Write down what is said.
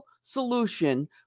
solution